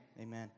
amen